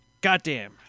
goddamn